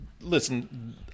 Listen